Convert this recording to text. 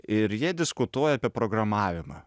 ir jie diskutuoja apie programavimą